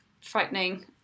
frightening